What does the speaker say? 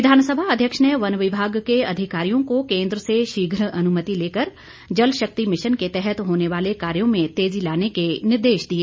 विधानसभा अध्यक्ष ने वन विभाग के अधिकारियों को केन्द्र से शीघ्र अनुमति लेकर जल शक्ति मिशन के तहत होने वाले कार्यों में तेज़ी लाने के निर्देश दिए